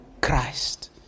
Christ